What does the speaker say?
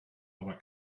aber